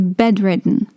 bedridden